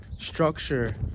Structure